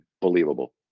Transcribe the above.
believable